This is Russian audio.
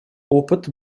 опыт